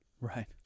Right